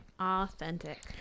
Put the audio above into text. Authentic